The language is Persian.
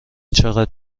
چقدر